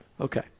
Okay